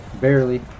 Barely